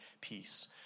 peace